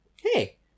Hey